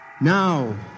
Now